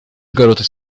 garotas